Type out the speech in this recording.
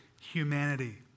humanity